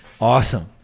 Awesome